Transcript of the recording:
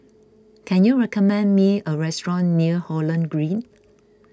can you recommend me a restaurant near Holland Green